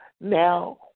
now